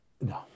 No